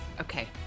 Okay